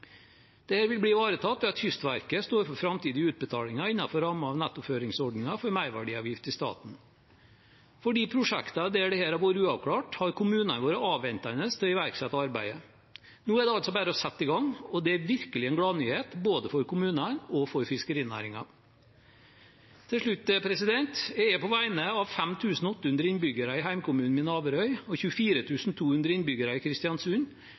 Det vil bli ivaretatt ved at Kystverket står for framtidige utbetalinger innenfor rammen av nettoføringsordningen for merverdiavgift i staten. For de prosjektene der dette har vært uavklart, har kommunene vært avventende til å iverksette arbeidet. Nå er det altså bare å sette i gang, og det er virkelig en gladnyhet både for kommunene og for fiskerinæringen. Til slutt: Jeg er på vegne av 5 800 innbyggere i hjemkommunen min, Averøy, og 24 200 innbyggere i Kristiansund